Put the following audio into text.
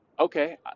okay